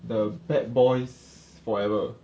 the bad boys forever